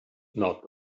not